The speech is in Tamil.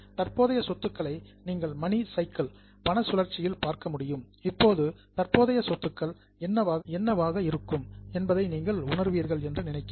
தற்போதைய சொத்துக்களை நீங்கள் மணி சைக்கிள் பண சுழற்சியில் பார்க்க முடியும் இப்போது தற்போதைய சொத்துக்கள் என்னவாக இருக்கும் என்பதை நீங்கள் உணர்வீர்கள் என்று நினைக்கிறேன்